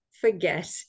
forget